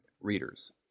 readers